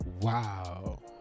wow